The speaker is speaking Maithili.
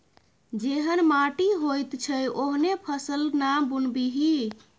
जेहन माटि होइत छै ओहने फसल ना बुनबिही